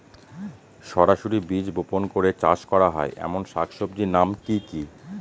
সরাসরি বীজ বপন করে চাষ করা হয় এমন শাকসবজির নাম কি কী?